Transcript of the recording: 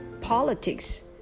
politics